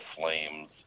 Flames